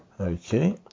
Okay